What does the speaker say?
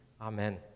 Amen